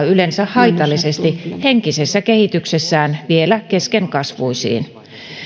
yleensä haitallisesti henkisessä kehityksessään vielä keskenkasvuisiin